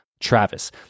Travis